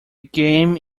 game